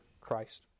Christ